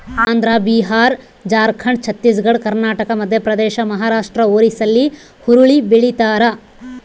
ಆಂಧ್ರ ಬಿಹಾರ ಜಾರ್ಖಂಡ್ ಛತ್ತೀಸ್ ಘಡ್ ಕರ್ನಾಟಕ ಮಧ್ಯಪ್ರದೇಶ ಮಹಾರಾಷ್ಟ್ ಒರಿಸ್ಸಾಲ್ಲಿ ಹುರುಳಿ ಬೆಳಿತಾರ